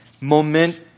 moment